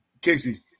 Casey